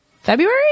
February